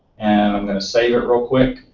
and i'm going to save it real quick